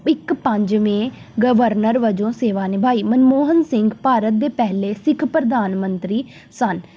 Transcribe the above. ਇੱਕ ਪੰਜਵੇਂ ਗਵਰਨਰ ਵਜੋਂ ਸੇਵਾ ਨਿਭਾਈ ਮਨਮੋਹਨ ਸਿੰਘ ਭਾਰਤ ਦੇ ਪਹਿਲੇ ਸਿੱਖ ਪ੍ਰਧਾਨ ਮੰਤਰੀ ਸਨ